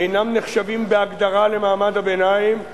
אינם נחשבים בהגדרה למעמד הביניים,